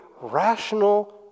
rational